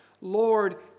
Lord